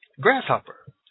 grasshopper